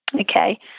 Okay